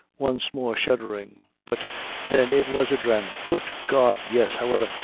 once more shuddering but then it was a drame. good god yes! however,